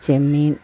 ചെമ്മീൻ